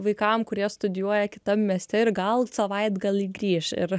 vaikam kurie studijuoja kitam mieste ir gal savaitgalį grįš ir